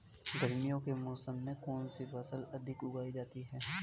गर्मियों के मौसम में कौन सी फसल अधिक उगाई जाती है?